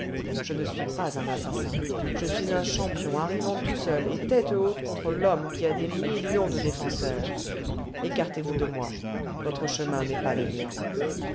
je ne suis pas un assassin je suis un champion arrivant tout seul et tête haute contre l'homme qui a des millions de défenseurs ecartez vous de moi votre chemin n'est pas le mien